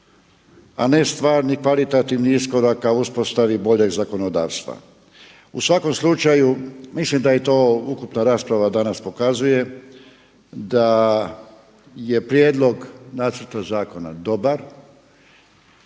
a ne stvari paritativni iskorak ka uspostavi boljeg zakonodavstva. U svakom slučaju mislim da to ukupna rasprava danas pokazuje, da je prijedlog nacrta zakona dobar.